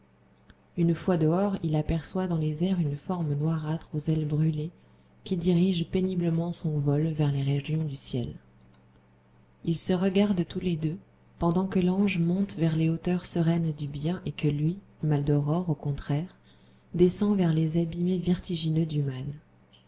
une fois dehors il aperçoit dans les airs une forme noirâtre aux ailes brûlées qui dirige péniblement son vol vers les régions du ciel ils se regardent tous les deux pendant que l'ange monte vers les hauteurs sereines du bien et que lui maldoror au contraire descend vers les abîmés vertigineux du mal